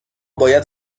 باید